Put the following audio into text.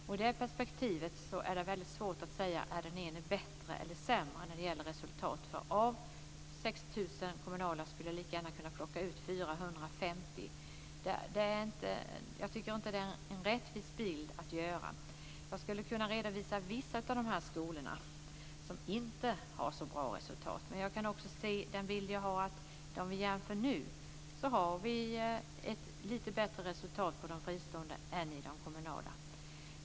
I det perspektivet är det svårt att säga om den ena är bättre eller sämre än den andra när det gäller resultat. Av 6 000 kommunala skolor skulle jag lika gärna kunna plocka ut 450. Jag tycker inte att det ger en rättvis bild. Jag skulle kunna redovisa resultat från vissa av de här skolorna som inte är så bra. Gör vi en jämförelse nu kan vi också se att det är ett lite bättre resultat i de fristående skolorna än i de kommunala.